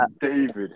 David